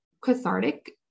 cathartic